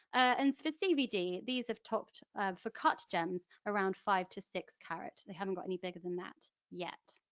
and for cvd, these have topped, um for cut gems, around five to six carat, they haven't got any bigger than that yet.